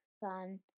fun